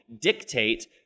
dictate